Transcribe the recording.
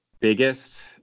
biggest